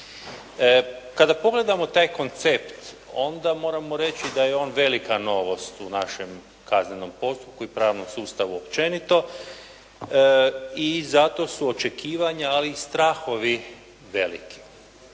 Kada pogledamo taj koncept onda moramo reći da je on velika novost u našem kaznenom postupku i pravnom sustavu općenito i zato su očekivanja, ali i strahovi veliki.